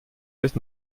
bis